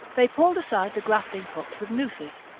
they pulled aside the grappling hooks with nooses,